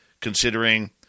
considering